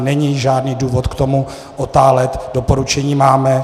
Není žádný důvod k tomu otálet, doporučení máme.